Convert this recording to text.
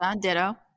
Ditto